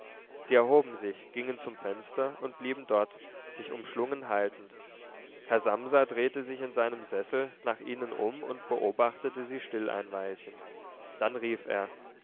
sie erhoben sich gingen zum fenster und blieben dort sich umschlungen haltend herr samsa drehte sich in seinem sessel nach ihnen um und beobachtete sie still ein weilchen dann rief er